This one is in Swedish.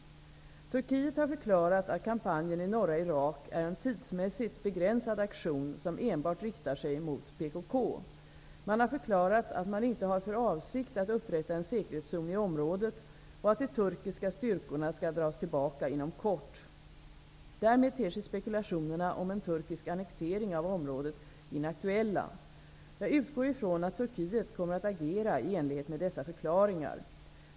Turkiet har förklarat att kampanjen i norra Irak är en tidsmässigt begränsad aktion som enbart riktar sig mot PKK. Man har förklarat att man inte har för avsikt att upprätta en säkerhetszon i området och att de turkiska styrkorna skall dras tillbaka inom kort. Därmed ter sig spekulationerna om en turkisk annektering av området inaktuella. Jag utgår ifrån att Turkiet kommer att agera i enlighet med dessa förklaringar.